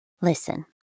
Listen